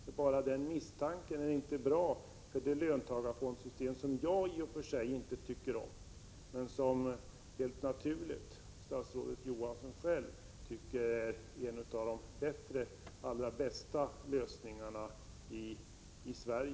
Att sådana här misstankar kan uppstå är inte bra för löntagarfondssystemet, som jag i och för sig inte tycker om men som statsrådet Johansson helt naturligt tycker är en av de allra bästa lösningarna i Sverige.